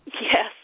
Yes